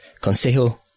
Consejo